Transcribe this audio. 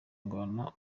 ingwano